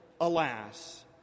alas